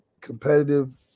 competitive